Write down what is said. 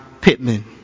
Pittman